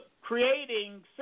creating